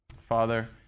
Father